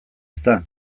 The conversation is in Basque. ezta